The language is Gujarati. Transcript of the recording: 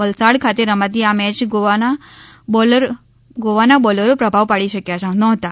વલસાડ ખાતે રમાતી આ મેચમાં ગોવાના બોલરો પ્રાભાવ પાડી શકયા નહીતા